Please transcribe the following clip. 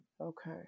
Okay